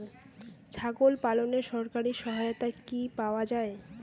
ছাগল পালনে সরকারি সহায়তা কি পাওয়া যায়?